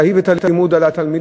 להאהיב את הלימוד על התלמידים